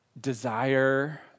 desire